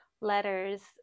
letters